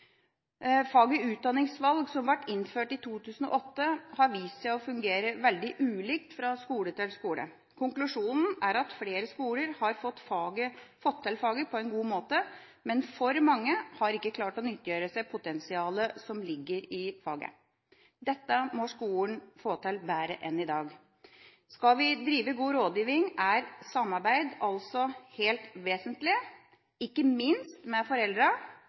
Faget utdanningsvalg, som ble innført i 2008, har vist seg å fungere veldig ulikt fra skole til skole. Konklusjonen er at flere skoler har fått til faget på en god måte, men for mange har ikke klart å nyttiggjøre seg potensialet som ligger i faget. Dette må skolene få til bedre enn i dag. Skal vi drive god rådgivning, er samarbeid altså helt vesentlig, ikke minst med